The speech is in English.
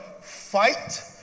fight